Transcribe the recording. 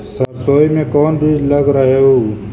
सरसोई मे कोन बीज लग रहेउ?